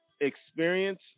experience